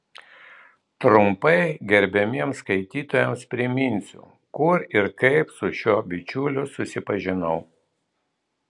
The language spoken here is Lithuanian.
trumpai gerbiamiems skaitytojams priminsiu kur ir kaip su šiuo bičiuliu susipažinau